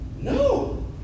No